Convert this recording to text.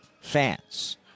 fans